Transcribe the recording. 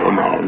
no